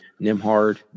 Nimhard